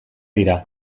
dira